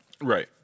Right